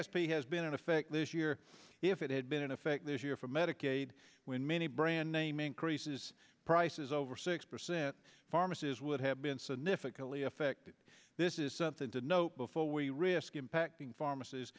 p has been in effect this year if it had been in effect this year for medicaid when many brand name increases prices over six percent pharmacies would have been significantly affected this is something to note before we risk impacting pharmacies